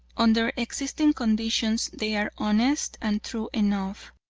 under existing conditions they are honest and true enough,